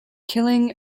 killing